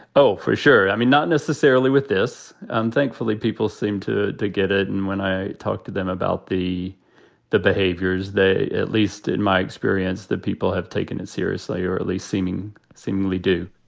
oh, for sure. i mean, not necessarily with this. and thankfully, people seem to to get it. and when i talk to them about the the behaviors, they at least in my experience that people have taken it seriously or at least seeming seemingly do.